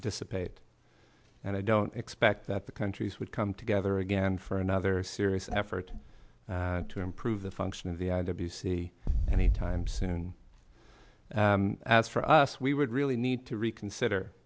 dissipate and i don't expect that the countries would come together again for another serious effort to improve the function of the i w c anytime soon as for us we would really need to reconsider